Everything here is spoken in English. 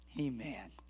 Amen